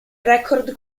record